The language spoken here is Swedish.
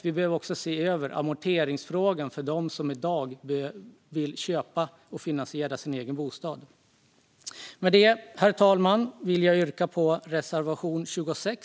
Vi behöver också se över amorteringsfrågan för dem som i dag vill köpa och finansiera sin egen bostad. Herr talman! Med detta vill jag yrka bifall till reservation 26.